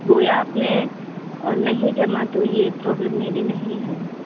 बोया आपने और नहीं जमा तो ये प्रॉब्लम मेरी नहीं है